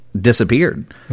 disappeared